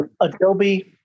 Adobe